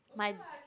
my